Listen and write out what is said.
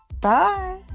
bye